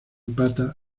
patas